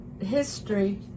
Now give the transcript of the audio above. history